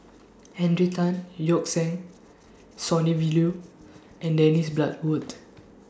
Henry Tan Yoke See Sonny V Liew and Dennis Bloodworth